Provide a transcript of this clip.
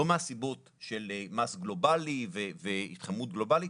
לא מהסיבות של מס גלובלי והתחממות גלובלית